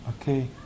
okay